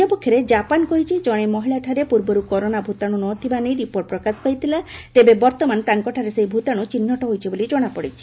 ଅନ୍ୟପକ୍ଷରେ ଜାପାନ କହିଛି ଜଣେ ମହିଳାଠାରେ ପ୍ରର୍ବରୁ କରୋନା ଭୂତାଣୁ ନ ଥିବା ନେଇ ରିପୋର୍ଟ ପ୍ରକାଶ ପାଇଥିଲା ତେବେ ବର୍ତ୍ତମାନ ତାଙ୍କଠାରେ ସେହି ଭୂତାଣୁ ଚିହ୍ନଟ ହୋଇଛି ବୋଲି ଜଣାପଡିଛି